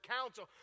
counsel